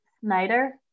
Snyder